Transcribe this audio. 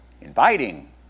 inviting